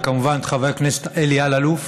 וכמובן את חבר הכנסת אלי אלאלוף.